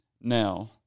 Now